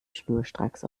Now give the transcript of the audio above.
schnurstracks